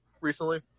recently